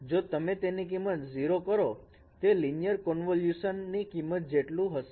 જો તમે તેની કિંમત 0 કરો તે લિનિયર કન્વોલ્યુશન ની કિંમત જેટલું જ હશે